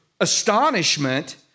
astonishment